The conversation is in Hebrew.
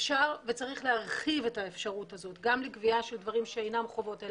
אפשר וצריך להרחיב את האפשרות הזאת גם לגבייה של דברים שאינם חובות,